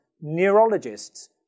neurologists